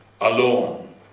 alone